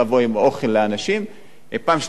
אבל פעם שנייה היא לא צריכה להשתחרר לגמרי מאחריות.